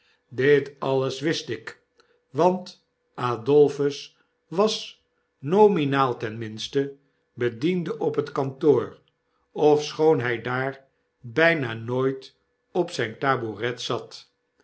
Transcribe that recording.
dit alles wist ik want adolphus was nominaal ten minste bediende op het kantoor ofschoon hij daar byna nooit op zyne tabouret zat